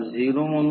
तर हे V2 I2 cos ∅2